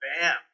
bam